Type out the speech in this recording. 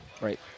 right